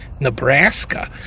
Nebraska